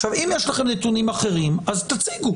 עכשיו, אם יש לכם נתונים אחרים אז תציגו.